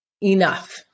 enough